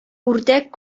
үрдәк